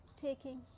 taking